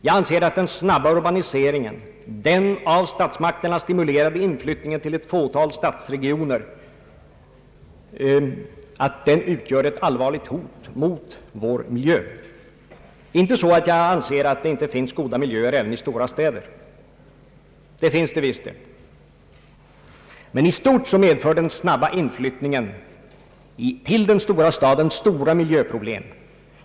Jag anser att den snabba urbaniseringen — den av statsmakterna stimulerade inflyttningen till ett fåtal stadsregioner — utgör ett allvarligt hot mot vår miljö. Inte så att jag anser att det inte finns goda miljöer även i stora städer. Det finns det visst. Men i stort medför den snabba inflyttningen till storstäderna svåra miljöproblem.